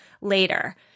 later